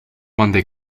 monday